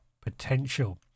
potential